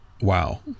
Wow